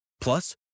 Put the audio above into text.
Plus